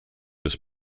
his